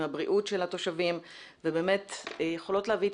עם הבריאות של התושבים ובאמת יכולות להביא את